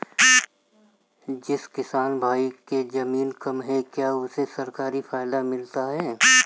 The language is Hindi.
जिस किसान भाई के ज़मीन कम है क्या उसे सरकारी फायदा मिलता है?